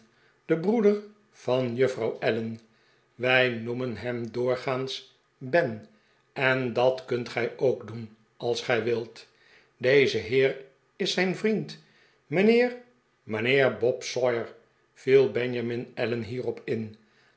de broeder van juffrouw allen wij noemen hem doorgaans ben en dat kunt gij ook doen als gij wilt deze heer is zijn vriend mijnheer mijnheer bob sawyer viel benjamin allen hierop in